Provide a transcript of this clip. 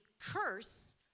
curse